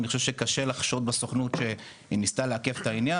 אני חושב שקשה לחשוד בסוכנות שהיא ניסתה לעכב את העניין,